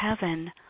heaven